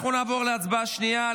אנחנו נעבור להצבעה על ההצעה השנייה,